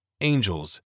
Angels